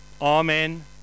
Amen